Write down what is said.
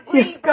Yes